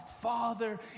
father